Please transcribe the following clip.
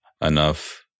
enough